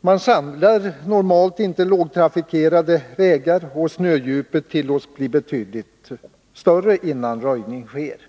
Normalt sandar man inte lågtrafikerade vägar, och snödjupet blir betydligt större innan röjning sker.